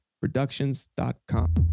Productions.com